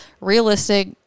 Realistic